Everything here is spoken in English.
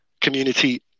community